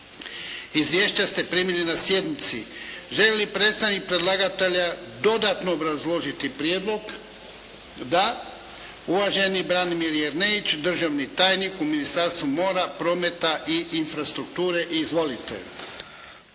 Izvješća ste primili na sjednici. Želi li predstavnik predlagatelja dodatno obrazložiti prijedlog? Da. Uvaženi Branimir Jerneić, državni tajnik u Ministarstvu mora, prometa i infrastrukture. Izvolite.